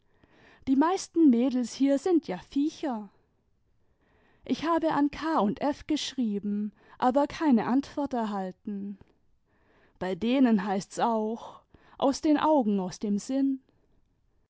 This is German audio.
die meisten mädels hier sind ja viecher ich habe an k und f geschrieben aber keine antwort erkalten bei denen heißt's auch aus den augen aus dem sinn